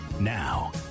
Now